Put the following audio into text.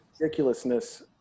ridiculousness